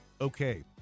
okay